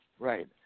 Right